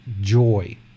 joy